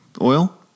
oil